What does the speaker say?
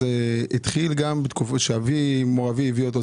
התחיל גם בתקופה שמור אבי הביא אותו,